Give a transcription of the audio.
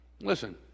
Listen